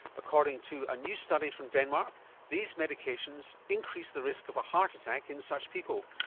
according to a new study from denmark these medications increase the risk of a heart attack in such people,